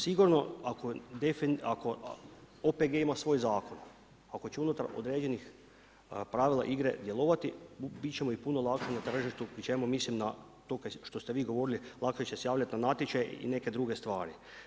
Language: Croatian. Sigurno ako OPG ima svoj zakon, ako će unutar određenih pravila igre djelovati bit će im puno lakše na tržištu pri čemu mislim na to što ste vi govorili, lakše će se javljati na natječaj i neke druge stvari.